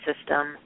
system